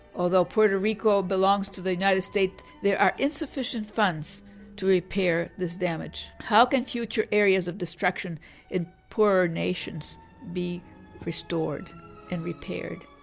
although puerto rico belongs to the united states, there are insufficient funds to repair this damage how can future areas of destruction in poorer nations be restored and repaired?